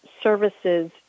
services